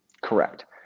Correct